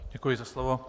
Děkuji za slovo.